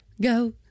Go